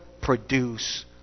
produce